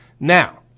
Now